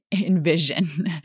envision